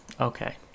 okay